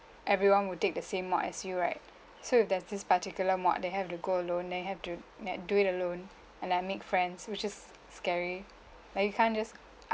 everyone would take the same mark as you right so if there's this particular mark they have to go alone then you have to like do it alone and then make friends which is scary like you can't just